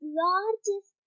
largest